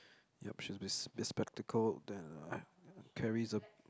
ya she's be~ bespectacle then carries a